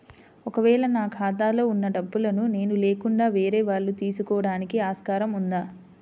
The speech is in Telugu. ఒక వేళ నా ఖాతాలో వున్న డబ్బులను నేను లేకుండా వేరే వాళ్ళు తీసుకోవడానికి ఆస్కారం ఉందా?